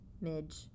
Midge